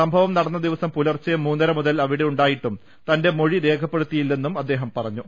സംഭവം നടന്ന ദിവസം പുലർച്ചെ മൂന്നര മുതൽ അവിടെ ഉണ്ടായിട്ടും തന്റെ മൊഴി രേഖപ്പെടുത്തിയില്ലെന്നും അദ്ദേഹം പറഞ്ഞു